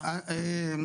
ערן.